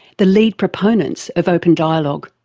the lead proponents of open dialogue.